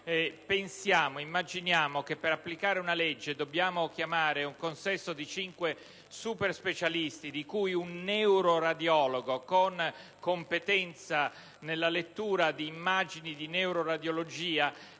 immaginiamo che per applicare una legge dobbiamo chiamare un consesso di cinque superspecialisti, tra cui un neuroradiologo con competenza certificata nella lettura di immagini di neuroradiologia,